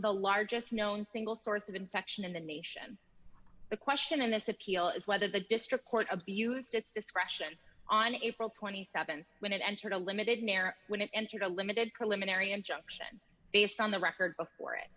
the largest known single source of infection in the nation the question in this appeal is whether the district court abused its discretion on april th when it entered a limited narrow when it entered a limited preliminary injunction based on the record before it